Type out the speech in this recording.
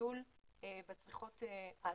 בגידול בצריכות העתידיות.